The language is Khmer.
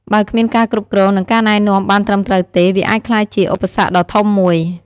បើគ្មានការគ្រប់គ្រង និងការណែនាំបានត្រឹមត្រូវទេ វាអាចក្លាយជាឧបសគ្គដ៏ធំមួយ។